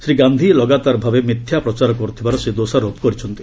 ଶ୍ରୀ ଗାନ୍ଧୀ ଲଗାତାର ଭାବେ ମିଥ୍ୟା ପ୍ରଚାର କରୁଥିବାର ସେ ଦୋଷାରୋପ କରିଛନ୍ତି